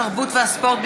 התרבות והספורט,